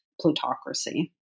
plutocracy